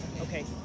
okay